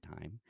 time